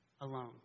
alone